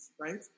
right